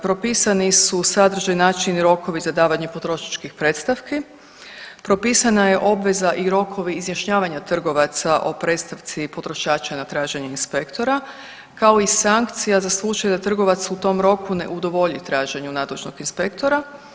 Propisani su sadržaj, način i rokovi za davanje potrošačkih predstavki, propisana je obveza i rokovi izjašnjavanja trgovaca o predstavci potrošača na traženje inspektora, kao i sankcija za slučaj da trgovac u tom roku ne udovolji traženju nadležnog inspektora.